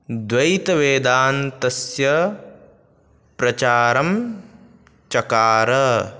द्वैतवेदान्तस्य प्रचारं चकार